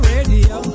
Radio